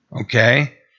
okay